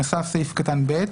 נוסף סעיף קטן (ב),